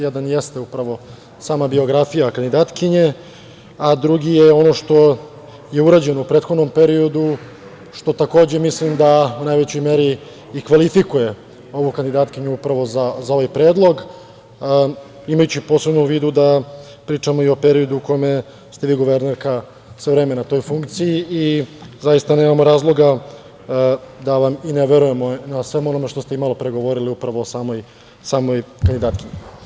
Jedan jeste upravo sama biografija kandidatkinje, a drugi je ono što je urađeno u prethodnom periodu, što takođe mislim da u najvećoj meri i kvalifikuje ovu kandidatkinju upravo za ovaj predlog, imajući posebno u vidu da pričamo i o periodu u kome ste vi, guvernerka, sve vreme na toj funkciji i zaista nemamo razloga da vam i ne verujemo na svemu onome što ste i malopre govorili upravo o samoj kandidatkinji.